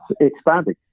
expanding